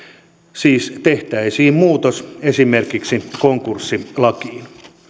siis tehtäisiin muutos esimerkiksi konkurssilakiin